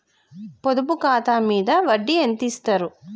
పొదుపు ఖాతా మీద వడ్డీ ఎంతిస్తరు?